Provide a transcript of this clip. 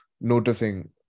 noticing